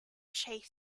chase